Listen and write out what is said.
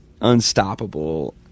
unstoppable